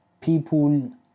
people